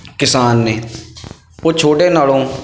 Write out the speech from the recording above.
ਕਿਸਾਨ ਨੇ ਉਹ ਛੋਟੇ ਨਾਲੋਂ